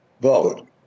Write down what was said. vote